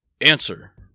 Answer